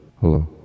hello